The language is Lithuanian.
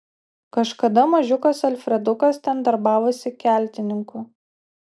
kažkada mažiukas alfredukas ten darbavosi keltininku